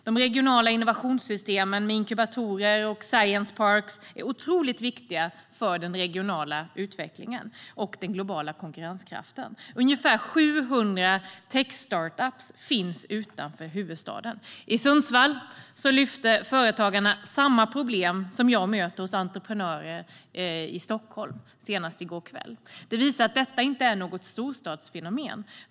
De regionala innovationssystemen med inkubatorer och science parks är otroligt viktiga för den regionala utvecklingen och den globala konkurrenskraften. Ungefär 700 techstartups finns utanför huvudstaden. I Sundsvall lyfter företagarna fram samma problem som jag möter hos entreprenörer i Stockholm, senast i går kväll. Det visar att detta inte är något storstadsfenomen.